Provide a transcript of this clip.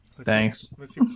Thanks